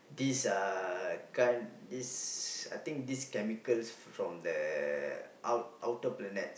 this uh kind this I think this chemicals from the out outer planets